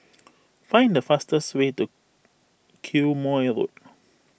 find the fastest way to Quemoy Road